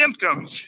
symptoms